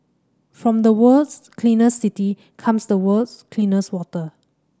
from the world's cleaner city comes the world's cleanest water